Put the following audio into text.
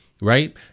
right